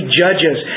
judges